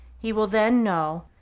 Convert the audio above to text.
he will then know,